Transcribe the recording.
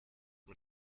mit